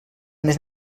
més